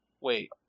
Wait